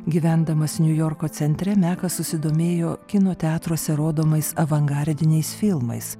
gyvendamas niujorko centre mekas susidomėjo kino teatruose rodomais avangardiniais filmais